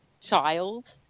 child